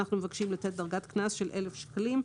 אנחנו מבקשים לתת דרגת קנס של 1,000 שקלים.